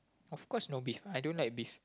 of course no beef I don't like beef